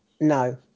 no